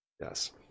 Yes